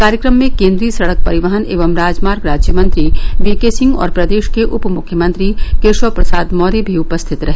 कार्यक्रम में केंद्रीय सडक परिवहन एवं राजमार्ग राज्यमंत्री वी के सिंह और प्रदेश के उप मुख्यमंत्री केशव प्रसाद मौर्य भी उपस्थित रहे